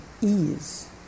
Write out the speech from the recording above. ease